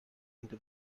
into